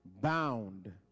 bound